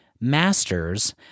masters